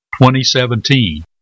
2017